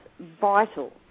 vital